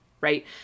Right